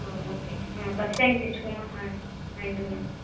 okay first rank తెచ్చుకో అమ్మ thank you మా